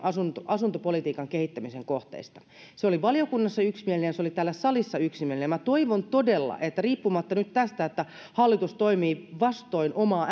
asuntopolitiikan kehittämisen kohteista se oli valiokunnassa yksimielinen ja se oli täällä salissa yksimielinen minä toivon todella että riippumatta nyt tästä että hallitus toimii vastoin omaa